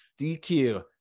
DQ